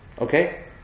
Okay